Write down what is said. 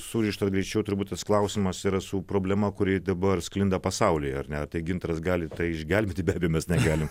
surišta greičiau turbūt tas klausimas yra su problema kuri dabar sklinda pasaulyje ar ne gintaras gali išgelbėti bet mes negalim